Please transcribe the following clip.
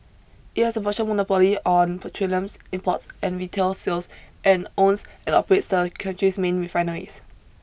it has a virtual monopoly on petroleum imports and retail sales and owns and operates the country's main refineries